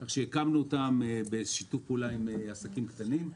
שהקמנו בשיתוף פעולה עם עסקים קטנים.